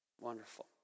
wonderful